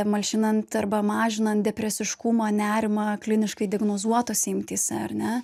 malšinant arba mažinant depresiškumą nerimą kliniškai diagnozuotose imtyse ar ne